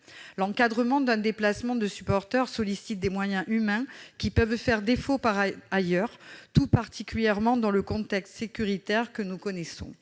L'encadrement d'un déplacement de supporters requiert des moyens humains qui peuvent faire défaut ailleurs, tout particulièrement dans le contexte sécuritaire que nous connaissons,